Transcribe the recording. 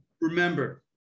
remember